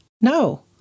No